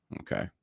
Okay